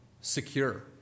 secure